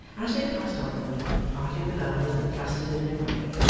as they passed onward, parting the boughs that clustered in their way,